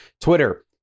Twitter